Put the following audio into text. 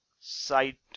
site